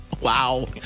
Wow